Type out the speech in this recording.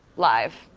live.